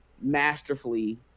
masterfully